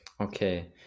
Okay